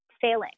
failing